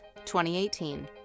2018